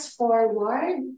forward